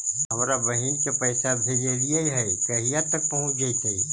हमरा बहिन के पैसा भेजेलियै है कहिया तक पहुँच जैतै?